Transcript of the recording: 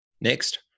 Next